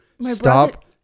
stop